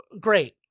great